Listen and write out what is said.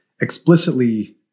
explicitly